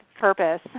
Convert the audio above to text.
purpose